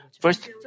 first